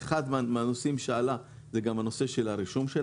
אחד הנושאים שעלה זה הנושא של הרישום של